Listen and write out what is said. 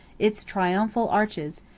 its triumphal arches,